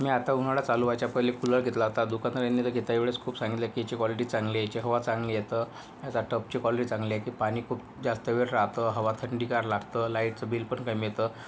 मी आत्ता उन्हाळा चालू व्हायच्या पहिले कूलर घेतला होता दुकानदाराने घेता वेळेस खूप सांगितले की याची क्वालिटी चांगली आहे याची हवा चांगली येतं याचा टबची क्वालिटी चांगली आहे की पाणी खूप जास्त वेळ राहातं हवा थंडगार लागतं लाईटचं बिल पण कमी येतं